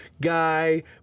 guy